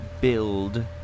build